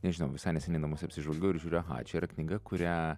nežinau visai neseniai namuose apsižvalgiau ir žiūriu aha čia yra knyga kurią